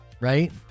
right